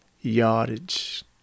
yardage